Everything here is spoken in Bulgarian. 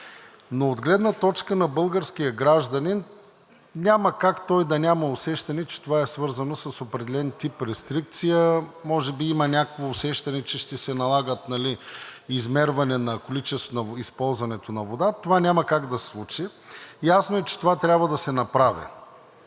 Но от гледна точка на българския гражданин – няма как той да няма усещане, че това е свързано с определен тип рестрикция. Може би има някакво усещане, че ще се налага измерване на количеството използвана вода, което няма как да се случи. Ясно е, че това трябва да се направи.